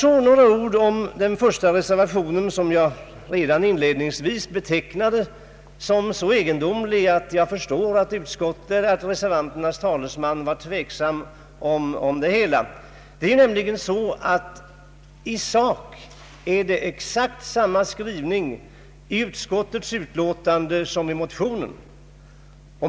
Så några ord om den första reservationen, som jag redan inledningsvis betecknade som så egendomlig att jag förstår tveksamheten hos reservanternas talesman. I sak är det exakt samma skrivning i utskottets utlåtande som i motionen.